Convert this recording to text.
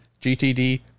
GTD